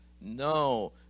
No